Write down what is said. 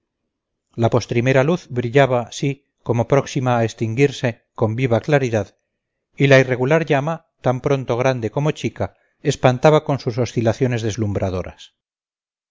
la postrimera luz brillaba sí como próxima a extinguirse con viva claridad y la irregular llama tan pronto grande como chica espantaba con sus oscilaciones deslumbradoras